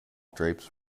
drapes